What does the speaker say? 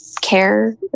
care